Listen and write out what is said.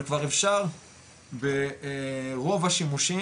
אבל כבר אפשר ברוב השימושים,